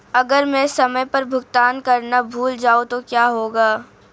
अगर मैं समय पर भुगतान करना भूल जाऊं तो क्या होगा?